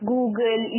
Google